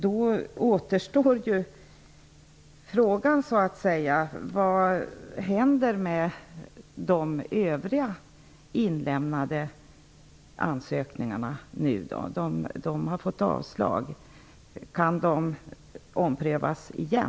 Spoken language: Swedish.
Då återstår frågan: Vad händer nu med övriga inlämnade ansökningar? De har fått avslag. Kan de omprövas igen?